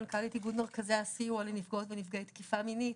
מנכ"לית איגוד מרכזי הסיוע לנפגעות ונפגעי תקיפה מינית.